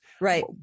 Right